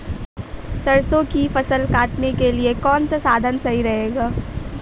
सरसो की फसल काटने के लिए कौन सा साधन सही रहेगा?